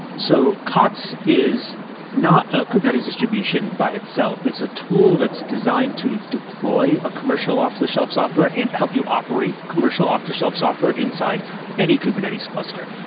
so kots is not a kubernetes distribution by itself. it's a tool that's designed to deploy a commercial off-the-shelf software and help you operate commercial off-the-shelf software inside any kubernetes cluster,